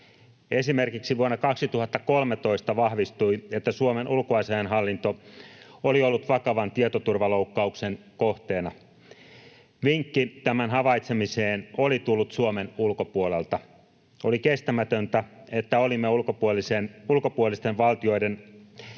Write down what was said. Esimerkiksi vuonna 2013 vahvistui, että Suomen ulkoasiainhallinto oli ollut vakavan tietoturvaloukkauksen kohteena. Vinkki tämän havaitsemiseen oli tullut Suomen ulkopuolelta. Oli kestämätöntä, että olimme ulkopuolisten valtioiden antamien